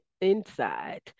inside